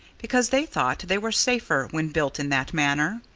because they thought they were safer when built in that manner.